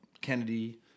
Kennedy